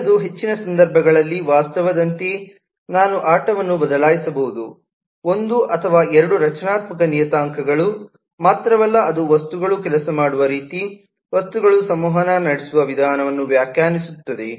ಮುಂದಿನದು ಹೆಚ್ಚಿನ ಸಂದರ್ಭಗಳಲ್ಲಿ ವಾಸ್ತವದಂತೆಯೇ ನಾನು ಆಟವನ್ನು ಬದಲಾಯಿಸಬಹುದು ಒಂದು ಅಥವಾ ಎರಡು ರಚನಾತ್ಮಕ ನಿಯತಾಂಕಗಳು ಮಾತ್ರವಲ್ಲ ಅದು ವಸ್ತುಗಳು ಕೆಲಸ ಮಾಡುವ ರೀತಿ ವಸ್ತುಗಳು ಸಂವಹನ ನಡೆಸುವ ವಿಧಾನವನ್ನು ವ್ಯಾಖ್ಯಾನಿಸುತ್ತದೆ